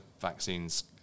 vaccines